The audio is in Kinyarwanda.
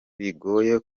bigoye